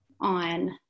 on